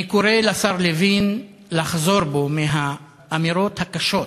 אני קורא לשר לוין לחזור בו מהאמירות הקשות,